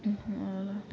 किछु आओरो